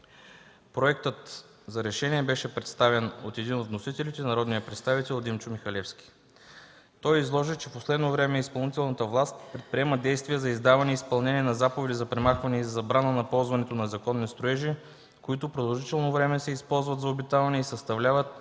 Проектът за решение беше представен от един от вносителите – народният представител Димчо Михалевски. Той изложи, че в последно време изпълнителната власт предприема действия за издаване и изпълнение на заповеди за премахване и за забрана на ползването на незаконни строежи, които продължително време се използват за обитаване и съставляват